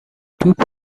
توپ